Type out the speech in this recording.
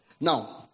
Now